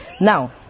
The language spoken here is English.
Now